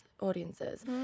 audiences